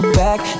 back